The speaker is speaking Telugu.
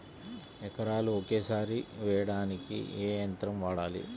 ఎకరాలు ఒకేసారి వేయడానికి ఏ యంత్రం వాడాలి?